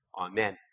Amen